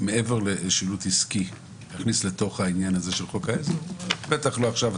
משהו מעבר לשילוט עסקי זה בטח לא עכשיו.